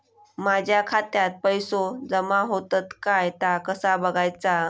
माझ्या खात्यात पैसो जमा होतत काय ता कसा बगायचा?